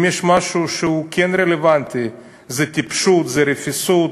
אם יש משהו שהוא כן רלוונטי זה טיפשות, זה רפיסות,